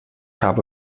habe